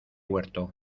huerto